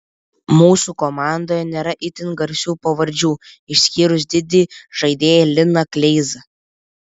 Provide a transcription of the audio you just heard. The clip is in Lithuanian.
mūsų komandoje nėra itin garsių pavardžių išskyrus didį žaidėją liną kleizą